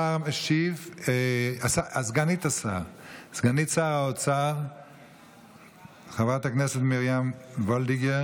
סגנית שר האוצר חברת הכנסת מיכל מרים וולדיגר